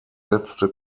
letzte